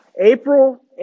April